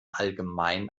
allgemein